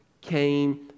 came